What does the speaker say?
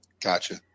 Gotcha